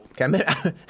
Okay